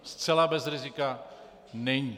Zcela bez rizika není!